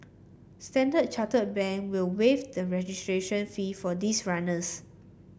Standard Chartered Bank will waive the registration fee for these runners